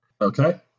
Okay